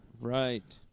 right